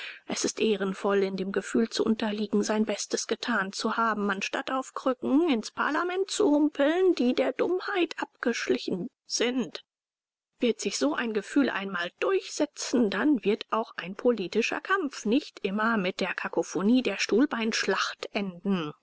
es ist ehrenvoller in dem gefühl zu unterliegen sein bestes getan zu haben anstatt auf krücken ins parlament zu humpeln die der dummheit abgeschlichen sind wird sich so ein gefühl einmal durchsetzen dann wird auch ein politischer kampf nicht immer mit der kakophonie der stuhlbeinschlacht enden